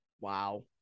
Wow